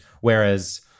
Whereas